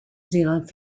zealand